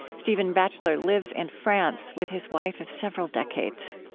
stephen batchelor lives in france, with his wife of several decades